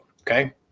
okay